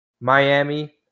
Miami